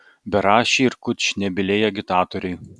beraščiai ir kurčnebyliai agitatoriai